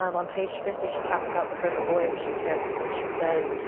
um on page fifty, she talks about the first boy that she kissed and she says,